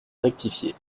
rectifié